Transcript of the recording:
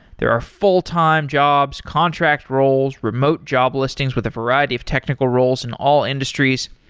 there are fulltime jobs, contract roles, remote job listings with a variety of technical roles in all industries,